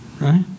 right